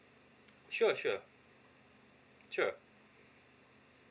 sure sure sure